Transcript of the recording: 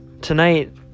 tonight